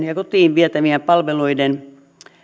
ja kotiin vietävien palveluiden